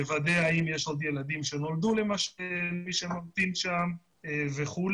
לוודא האם יש עוד ילדים שנולדו למשל למי שממתין שם וכולי,